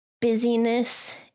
busyness